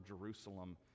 Jerusalem